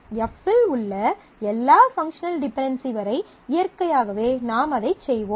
F இல் உள்ள எல்லா பங்க்ஷனல் டிபென்டென்சி வரை இயற்கையாகவே நாம் அதைச் செய்வோம்